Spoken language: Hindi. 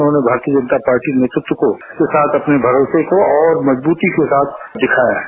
उन्होंने भारतीय जनता पार्टी नेतृत्व को उसके साथ अपने भरोसे को और मजब्रती को साथ दिखाया है